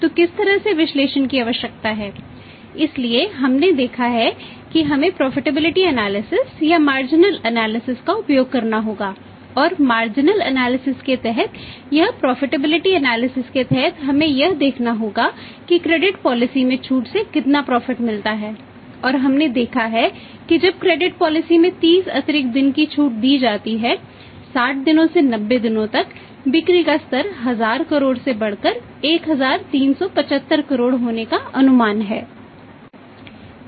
और हमने देखा है कि जब क्रेडिट पॉलिसी में 30 अतिरिक्त दिन की छूट दी जाती है 60 दिनों से 90 दिनों तक बिक्री का स्तर 1000 करोड़ से बढ़कर 1375 करोड़ होने का अनुमान है